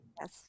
Yes